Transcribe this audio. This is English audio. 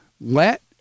let